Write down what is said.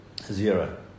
zero